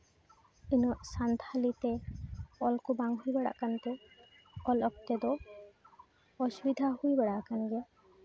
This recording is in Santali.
ᱩᱱᱟᱹᱜ ᱥᱟᱱᱛᱷᱟᱞᱤ ᱛᱮ ᱚᱞ ᱠᱚ ᱵᱟᱝ ᱦᱩᱭ ᱵᱟᱲᱟᱜ ᱠᱟᱱᱛᱮ ᱚᱞ ᱚᱠᱛᱮ ᱫᱚ ᱚᱥᱩᱵᱤᱫᱷᱟ ᱦᱩᱭ ᱵᱟᱲᱟ ᱟᱠᱟᱱ ᱜᱮᱭᱟ